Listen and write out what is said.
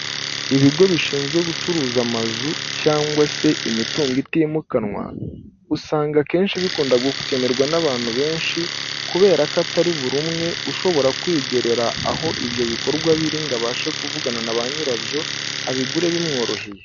Ibigo bishinzwe gucuruza amazu cyangwa se imitungo itimukanwa usanga akenshi bikundaga gukenerwa n'abantu benshi, kubera ko atari buri umwe ushobora kwigerera aho ibyo bikorwa biri ngo abashe kuvugana na ba nyirabyo abigure bimworoheye.